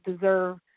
deserve